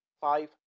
five